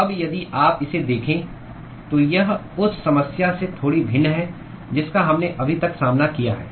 अब यदि आप इसे देखें तो यह उस समस्या से थोड़ी भिन्न है जिसका हमने अभी तक सामना किया है